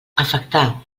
afectar